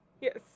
Yes